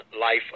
life